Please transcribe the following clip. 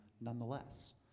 nonetheless